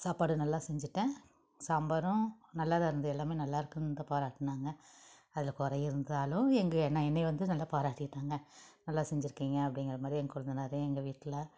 சாப்பாடு நல்லா செஞ்சிட்டேன் சாம்பாரும் நல்லாதான் இருந்துது எல்லாம் நல்லாருக்குனு தான் பாராட்டினாங்க அதில் குறை இருந்தாலும் எங்கள் என்ன என்னைய வந்து நல்லா பாராட்டிட்டாங்க நல்லா செஞ்சிருக்கீங்க அப்படிங்குற மாதிரி என் கொளுந்தனாரு எங்கள் வீட்டில்